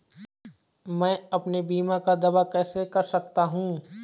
मैं अपने बीमा का दावा कैसे कर सकता हूँ?